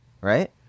Right